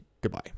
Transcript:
Goodbye